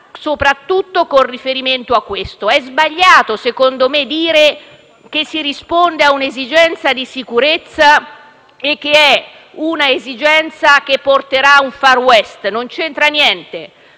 soprattutto con riferimento a questo. È sbagliato dire, secondo me, che si risponde a un'esigenza di sicurezza e che tutto questo porterà a un *far* w*est*, non c'entra niente.